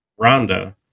Rhonda